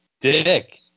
Dick